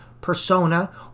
persona